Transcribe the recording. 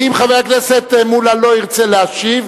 ואם חבר הכנסת מולה לא ירצה להשיב,